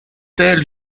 telle